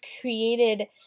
created